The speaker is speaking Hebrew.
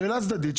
שאלה צדדית,